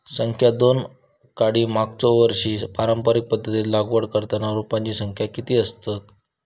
संख्या दोन काडी मागचो वर्षी पारंपरिक पध्दतीत लागवड करताना रोपांची संख्या किती आसतत?